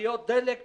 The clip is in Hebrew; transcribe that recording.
למכליות דלק בלבד.